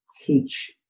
teach